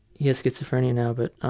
he has schizophrenia now, but